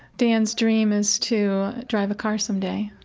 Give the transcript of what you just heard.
dan's dream is to drive a car some day.